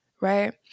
Right